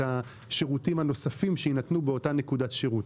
השירותים הנוספים שיינתנו באותה נקודת שירות.